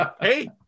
Hey